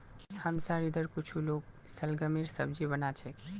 हमसार इधर कुछू लोग शलगमेर सब्जी बना छेक